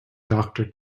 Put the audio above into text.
doctor